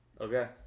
Okay